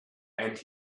and